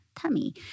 tummy